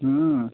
হ্যাঁ